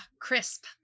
Crisp